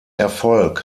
erfolg